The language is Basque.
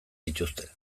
dituzte